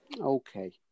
Okay